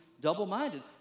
double-minded